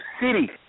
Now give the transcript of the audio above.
city